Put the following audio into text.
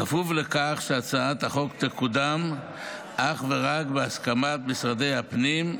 בכפוף לכך שהצעת החוק תקודם אך ורק בהסכמת משרדי הפנים,